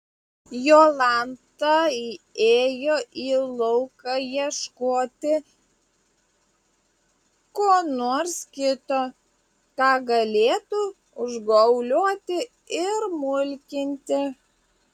jolanta ėjo į lauką ieškoti ko nors kito ką galėtų užgaulioti ir mulkinti